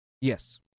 Yes